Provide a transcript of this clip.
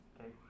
okay